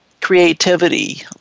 creativity